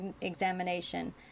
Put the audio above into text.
examination